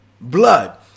blood